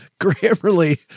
Grammarly